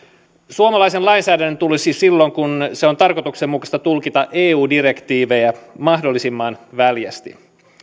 suomalaisen lainsäädännön tulisi silloin kun se on tarkoituksenmukaista tulkita eu direktiivejä mahdollisimman väljästi